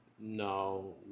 No